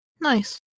Nice